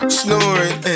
snoring